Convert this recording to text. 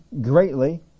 greatly